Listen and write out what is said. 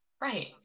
Right